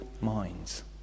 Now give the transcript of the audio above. minds